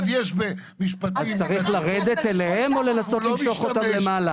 עז יש במשפטים -- אז צריך לרדת אליהם או לנסות למשוך אותם למעלה?